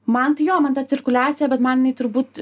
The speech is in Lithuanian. man tai jo man ta cirkuliacija bet man jinai turbūt